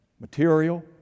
material